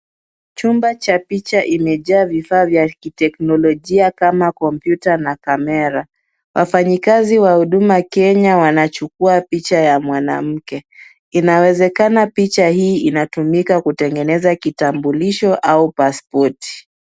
Chumba cha picha imejaa vifaa vya kiteknolojia kama kompyuta na kamera. Wafanyikazi wa huduma Kenya wanachukua picha ya mwanamke. Inawezekana picha hii inatumika kutengeneza kitambulisho au pasipoti.